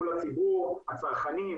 מול הציבור הצרכני,